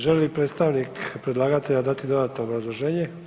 Želi li predstavnik predlagatelja dati dodatno obrazloženje?